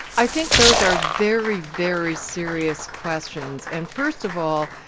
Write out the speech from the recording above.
i think those are very, very serious questions. and first of all,